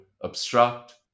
obstruct